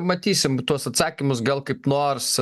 matysim tuos atsakymus gal kaip nors